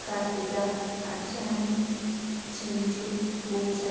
Karthika Akshami Chinchu പൂജ